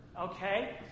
Okay